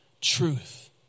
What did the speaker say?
truth